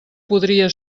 podria